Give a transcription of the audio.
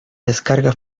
descarga